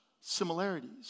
similarities